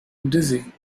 dizzy